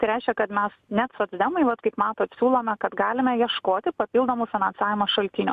tai reiškia kad mes net socdemai vat kaip matot siūlome kad galime ieškoti papildomų finansavimo šaltinių